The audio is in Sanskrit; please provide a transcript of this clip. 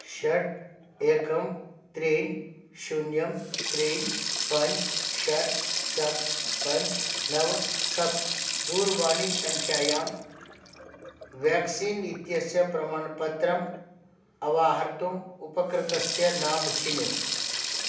षट् एकं त्रीणि शून्यं त्रीणि पञ्च षट् सप्त पञ्च नव सप्त दूरवाणीसङ्ख्यायां व्याक्सीन् इत्यस्य प्रमाणपत्रम् अवाहर्तुम् उपकृतस्य नाम चिनु